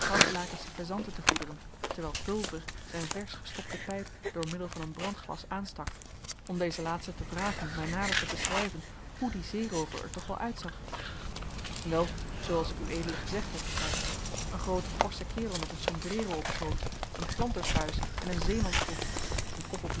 goudlakensche faisanten te voederen terwijl pulver zijn versch gestopte pijp door middel van een brandglas aanstak om dezen laatste te vragen mij nader te beschrijven hoe die zeeroover er toch wel uitzag wel zooals ik ued gezegd heb zeide hij een groote forsche kerel met een sombrero op het hoofd een plantersbuis en een zeemansbroek een koppel